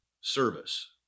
service